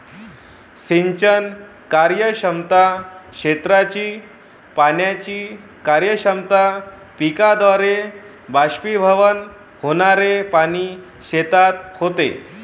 सिंचन कार्यक्षमता, क्षेत्राची पाण्याची कार्यक्षमता, पिकाद्वारे बाष्पीभवन होणारे पाणी शेतात होते